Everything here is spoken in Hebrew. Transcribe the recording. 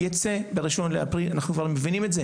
אותו.